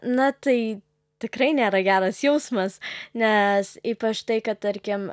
na tai tikrai nėra geras jausmas nes ypač tai kad tarkim